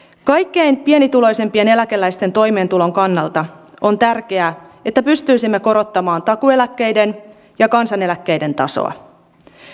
kaikkein pienituloisimpien eläkeläisten toimeentulon kannalta on tärkeää että pystyisimme korottamaan takuueläkkeiden ja kansaneläkkeiden tasoa